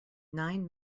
nine